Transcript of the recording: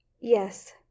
Yes